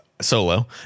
solo